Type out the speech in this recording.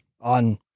On